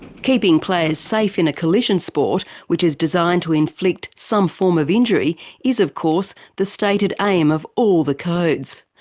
keeping players safe in a collision sport which is designed to inflict some form of injury is of course the stated aim of all the codes.